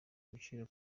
igiciro